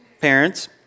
parents